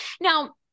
now